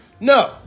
No